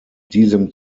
diesem